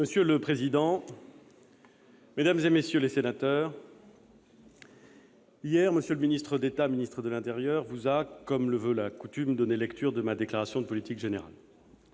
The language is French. Monsieur le président, mesdames, messieurs les sénateurs, hier, M. le ministre d'État, ministre de l'intérieur vous a, comme le veut la coutume, donné lecture de ma déclaration de politique générale.